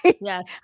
Yes